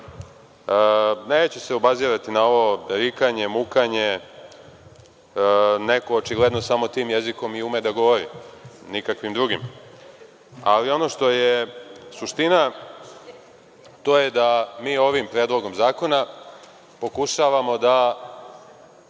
način. Neću se obazirati na ovo rikanje, mukanje, neko očigledno samo tim jezikom i ume da govori. Nikakvim drugim. Ono što je suština jeste da mi ovim predlogom zakona pokušavamo da